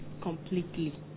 completely